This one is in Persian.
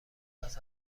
است